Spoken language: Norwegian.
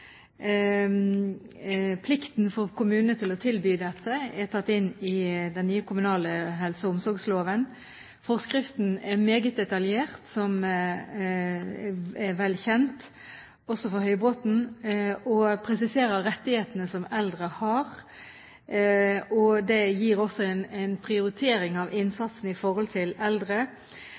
Plikten for kommunene til å tilby dette er tatt inn i den nye kommunale helse- og omsorgsloven. Forskriften er meget detaljert, noe som er vel kjent – også for Høybråten – og presiserer rettighetene som eldre har. Det gir også en prioritering av innsatsen i forhold til eldre.